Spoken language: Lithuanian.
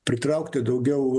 pritraukti daugiau